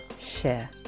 Share